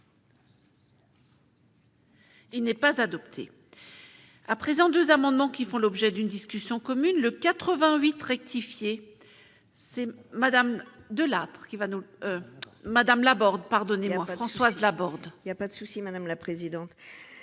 Il n'est pas adopté. à présent, 2 amendements qui font l'objet d'une discussion commune le 88. Ratifier c'est. Madame De Lattre qui va nous Madame Laborde, pardonnez-moi, Françoise Laborde. Il y a pas de soucis, madame la présidente,